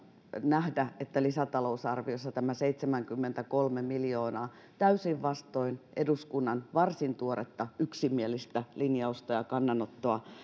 nähdä että lisätalousarviossa tämä seitsemänkymmentäkolme miljoonaa täysin vastoin eduskunnan varsin tuoretta yksimielistä linjausta ja kannanottoa